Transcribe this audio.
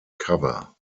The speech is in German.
cover